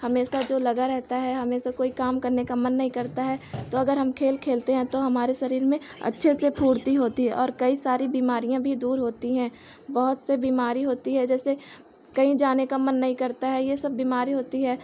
हमेशा जो लगा रहता है हमेशा कोई काम करने का मन नहीं करता है तो अगर हम खेल खेलते हैं तो हमारे शरीर में अच्छे से फुर्ती होती है और कई सारी बीमारियाँ भी दूर होती हैं बहुत सी बीमारी होती है जैसे कहीं जाने का मन नहीं करता है यह सब बीमारी होती है